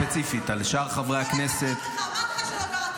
הינה, החוק לא חל עליי.